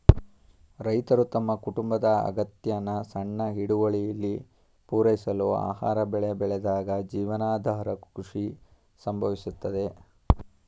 ರೈತರು ತಮ್ಮ ಕುಟುಂಬದ ಅಗತ್ಯನ ಸಣ್ಣ ಹಿಡುವಳಿಲಿ ಪೂರೈಸಲು ಆಹಾರ ಬೆಳೆ ಬೆಳೆದಾಗ ಜೀವನಾಧಾರ ಕೃಷಿ ಸಂಭವಿಸುತ್ತದೆ